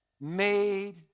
made